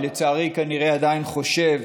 ולצערי גם עדיין חושב,